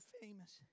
famous